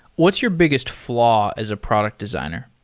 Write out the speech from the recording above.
what's your biggest flaw as a product designer?